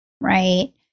Right